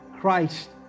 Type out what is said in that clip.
Christ